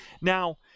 Now